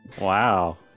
Wow